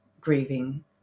grieving